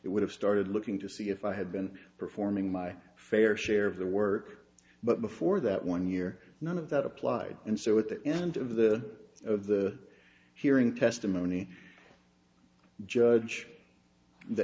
it would have started looking to see if i had been performing my fair share of the work but before that one year none of that applied and so at the end of the of the hearing testimony judge th